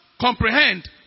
comprehend